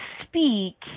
speak